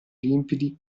limpidi